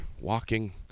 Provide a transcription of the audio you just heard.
walking